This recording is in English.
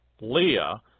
Leah